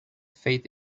fade